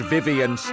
Vivian